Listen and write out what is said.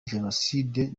jenoside